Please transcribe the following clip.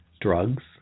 drugs